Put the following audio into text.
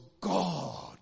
God